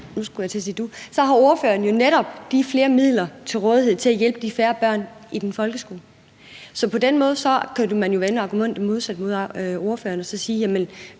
har ordføreren jo netop de flere midler til rådighed til at hjælpe de færre børn i folkeskolen. Så på den måde kan man jo vende argumentet om mod ordføreren og sige,